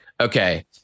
Okay